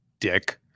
Dick